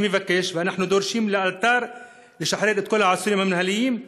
אני מבקש ואנחנו דורשים לשחרר לאלתר את כל העצורים המינהליים,